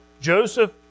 Joseph